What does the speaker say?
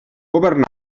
governà